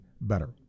better